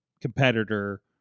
competitor